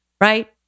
right